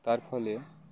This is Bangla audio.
তার ফলে